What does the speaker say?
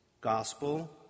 gospel